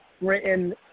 written